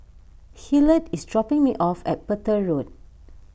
Hillard is dropping me off at Petir Road